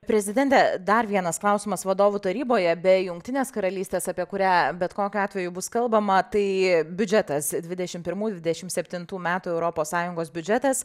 prezidente dar vienas klausimas vadovų taryboje be jungtinės karalystės apie kurią bet kokiu atveju bus kalbama tai biudžetas dvidešim pirmų dvidešim septintų metų europos sąjungos biudžetas